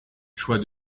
choix